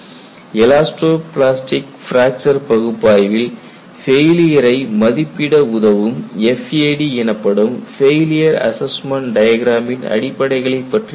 elasto plastic fracture பகுப்பாய்வில் ஃபெயிலியரை மதிப்பிட உதவும் FAD எனப்படும் ஃபெயிலியர் அசஸ்மெண்ட் டயக்ராமின் அடிப்படைகளைப் பற்றி பார்த்தோம்